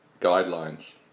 guidelines